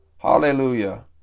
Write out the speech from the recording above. Hallelujah